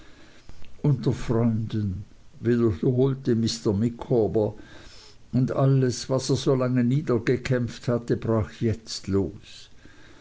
unter freunden wiederholte mr micawber und alles was er solange niedergekämpft hatte brach jetzt los